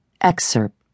Excerpt